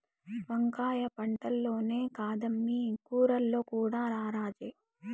వంకాయ పంటల్లోనే కాదమ్మీ కూరల్లో కూడా రారాజే